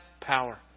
power